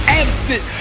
absent